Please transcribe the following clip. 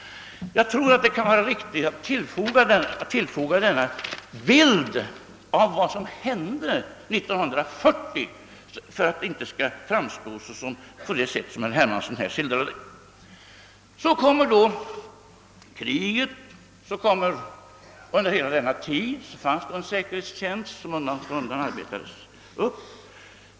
Jag tror att det kan vara riktigt att tillfoga denna bild av vad som hände 1940 för att inte saken skall framstå på det sätt som herr Hermansson här skildrade den. Under hela tiden fanns då säkerhetstjänsten som undan för undan organiserades upp.